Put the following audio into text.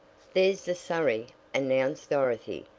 there's the surrey, announced dorothy,